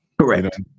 Correct